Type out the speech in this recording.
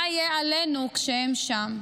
מה יהיה עלינו כשהם שם?